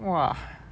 !wah!